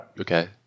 okay